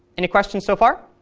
any questions so far?